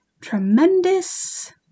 tremendous